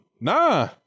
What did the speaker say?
Nah